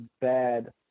bad